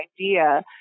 idea